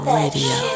radio